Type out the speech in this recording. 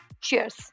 cheers